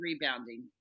rebounding